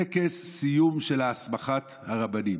טקס סיום של הסמכת הרבנים.